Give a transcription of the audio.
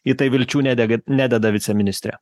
į tai vilčių nedegat nededa viceministre